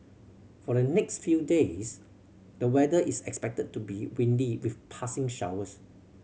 for the next few days the weather is expected to be windy with passing showers